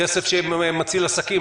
כסף שמציל עסקים,